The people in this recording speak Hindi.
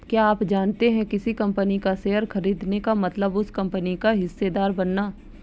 क्या आप जानते है किसी कंपनी का शेयर खरीदने का मतलब उस कंपनी का हिस्सेदार बनना?